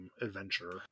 adventure